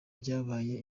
byabaye